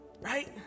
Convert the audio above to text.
Right